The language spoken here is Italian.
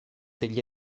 degli